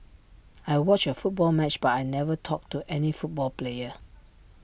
I watched A football match but I never talked to any football player